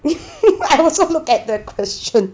I also look at the question